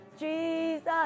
Jesus